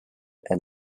and